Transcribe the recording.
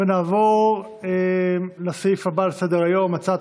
נעבור לסעיף הבא שעל סדר-היום: הצעת